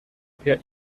per